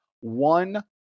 one